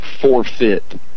forfeit